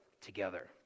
together